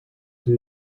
sie